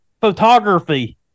photography